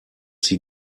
sie